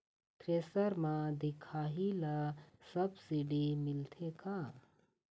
Thresher म दिखाही ला सब्सिडी मिलथे का?